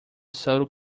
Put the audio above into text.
subtle